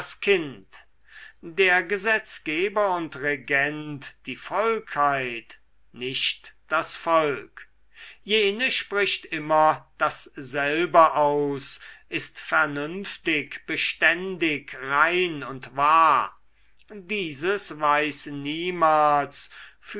kind der gesetzgeber und regent die volkheit nicht das volk jene spricht immer dasselbe aus ist vernünftig beständig rein und wahr dieses weiß niemals